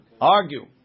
argue